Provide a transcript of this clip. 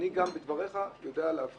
אני גם בדבריך יודע להבחין